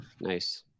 Nice